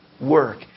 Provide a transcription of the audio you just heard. work